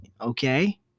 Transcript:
okay